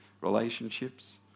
relationships